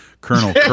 Colonel